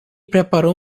preparou